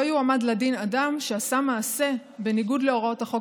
לא יועמד לדין אדם שעשה מעשה בניגוד להוראות החוק